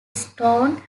stone